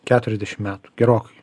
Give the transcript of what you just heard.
keturiasdešim metų gerokai